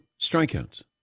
strikeouts